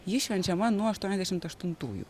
ji švenčiama nuo aštuoniasdešimt aštuntųjų